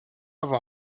avoir